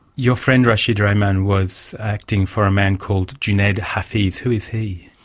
your friend rashid rehman was acting for a man called junaid hafeez. who is he?